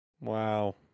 Wow